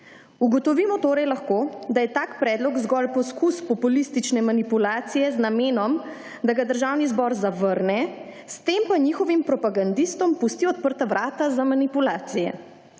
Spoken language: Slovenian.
Ugotovimo torej lahko, da je tak predlog zgolj poskus populistične manipulacije z namenom, da ga Državni zbor zavrne, s tem pa njihovim propagandistom pusti odprta vrata za manipulacije.